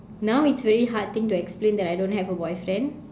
now it's very hard thing to explain that I don't have a boyfriend